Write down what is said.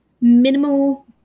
minimal